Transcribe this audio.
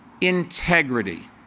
Integrity